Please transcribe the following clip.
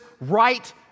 right